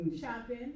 shopping